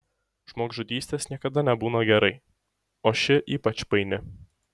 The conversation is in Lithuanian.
žmogžudystės niekada nebūna gerai o ši ypač paini